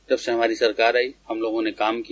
जब से हमारी सरकार आई है हम लोगों ने काम किया